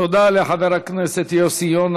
תודה לחבר הכנסת יוסי יונה.